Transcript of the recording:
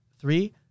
Three